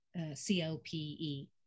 CLPE